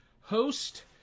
host